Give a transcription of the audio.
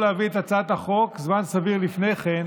להביא את הצעת החוק זמן סביר לפני כן,